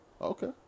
Okay